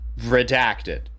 redacted